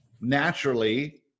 naturally